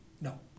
No